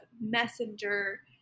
Messenger